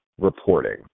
reporting